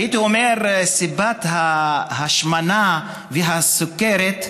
הייתי אומר שסיבת ההשמנה והסוכרת,